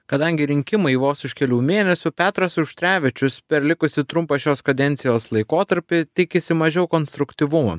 kadangi rinkimai vos už kelių mėnesių petras auštrevičius per likusį trumpą šios kadencijos laikotarpį tikisi mažiau konstruktyvumo